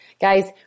Guys